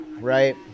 Right